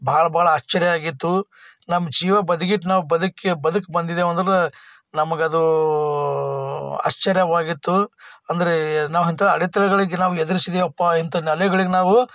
ಭಾಳ ಭಾಳ ಆಶ್ಚರ್ಯ ಆಗಿತ್ತು ನಮ್ಮ ಜೀವ ಬದಿಗಿಟ್ಟು ನಾವು ಬದುಕಿ ಬದುಕಿ ಬಂದಿದ್ದೇವೆ ಅಂದ್ರೆ ನಮಗದು ಆಶ್ಚರ್ಯವಾಗಿತ್ತು ಅಂದ್ರೆ ನಾವು ಅಂಥ ಅಡೆ ತಡೆಗಳಿಗೆ ನಾವು ಎದುರಿಸಿದ್ದೇವಪ್ಪ ಇಂಥೊಂದು ಅಲೆಗಳಿಗೆ ನಾವು